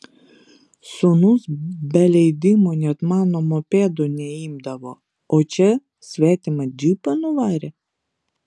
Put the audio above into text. sūnus be leidimo net mano mopedo neimdavo o čia svetimą džipą nuvarė